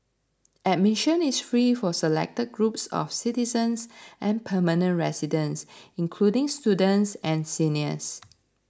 admission is free for selected groups of citizens and permanent residents including students and seniors